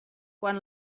quan